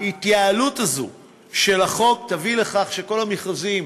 ההתייעלות הזאת בחוק תביא לכך שכל המכרזים